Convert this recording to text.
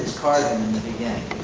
is carbon in the beginning